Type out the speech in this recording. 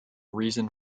reason